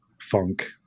funk